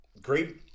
great